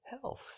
health